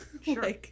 Sure